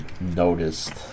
noticed